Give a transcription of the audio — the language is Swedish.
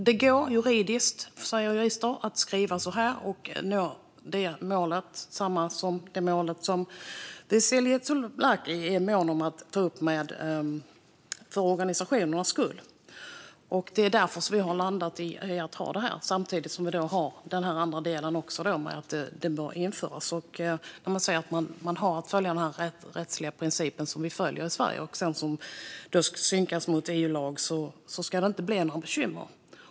Det går alltså juridiskt att skriva så här, enligt jurister, och nå samma mål som Vasiliki Tsouplaki är mån om att ta upp för organisationernas skull. Det är därför vi har landat i detta samtidigt som vi har den andra delen om att detta bör införas. När man har att följa den rättsliga princip som vi följer i Sverige och som sedan ska synkas med EU-lag ska det inte bli några bekymmer.